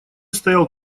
стоял